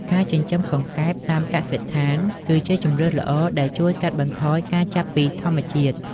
ការចិញ្ចឹមកង្កែបតាមកសិដ្ឋាន គឺជាជម្រើសល្អដែលជួយកាត់បន្ថយការចាប់ពីធម្មជាតិ។